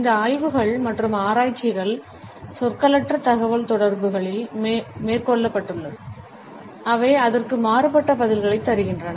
இந்த ஆய்வுகள் மற்றும் ஆராய்ச்சிகள் சொற்களற்ற தகவல்தொடர்புகளில் மேற்கொள்ளப்பட்டபோது அவை அதற்கு மாறுபட்ட பதில்களைத் தருகின்றன